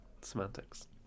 Semantics